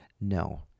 no